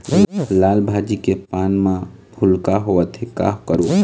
लाल भाजी के पान म भूलका होवथे, का करों?